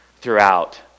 throughout